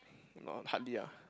no hardly ah